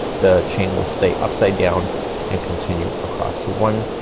the chain will stay upside-down and continue across. so one